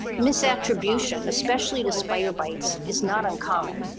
misattribution especially the spider bites is not uncommon.